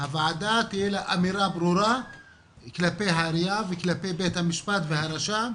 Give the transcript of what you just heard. תהיה לה אמירה ברורה כלפי העירייה וכלפי בית המשפט והרשם,